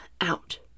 out